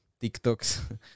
TikToks